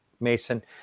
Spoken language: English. Mason